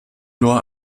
nur